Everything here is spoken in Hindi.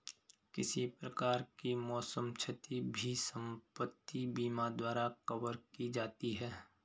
किसी प्रकार की मौसम क्षति भी संपत्ति बीमा द्वारा कवर की जाती है